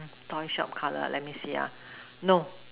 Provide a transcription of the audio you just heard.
toy shop color let me see no